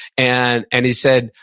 and and he said,